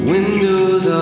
Windows